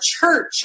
church